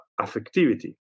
affectivity